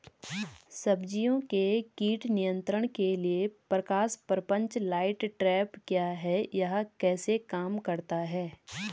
सब्जियों के कीट नियंत्रण के लिए प्रकाश प्रपंच लाइट ट्रैप क्या है यह कैसे काम करता है?